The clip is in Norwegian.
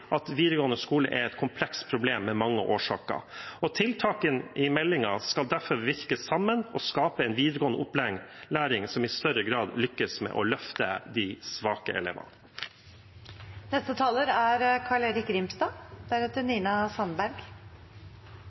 skal derfor virke sammen og skape en videregående opplæring som i større grad lykkes med å løfte de svake elevene. Dagens helt er